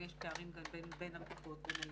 יש פערים גם בין הבדיקות בין היתר.